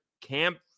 Camp